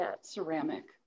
ceramic